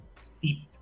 steep